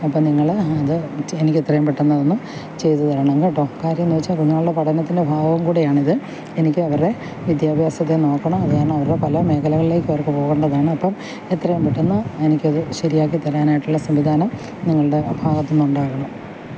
അപ്പോൾ നിങ്ങള് അത് എനിക്ക് എത്രയും പെട്ടെന്ന് ഒന്ന് അതൊന്ന് ചെയ്ത് തരണം കേട്ടോ കാര്യമെന്ന് വെച്ചാൽ കുഞ്ഞുങ്ങളുടെ പഠനത്തിൻ്റെ ഭാഗം കൂടിയാണിത് എനിക്ക് അവരെ വിദ്യാഭ്യാസത്തെ നോക്കണം അത് കാരണം അവരെ പല മേഖലകളിലേക്കും അവർക്ക് പോകണ്ടതാണ് അപ്പം എത്രയും പെട്ടെന്ന് എനിക്കത് ശരിയാക്കിത്തരാൻ ആയിട്ടുള്ള സംവിധാനം നിങ്ങളുടെ ഭാഗത്ത് നിന്ന് ഉണ്ടാകണം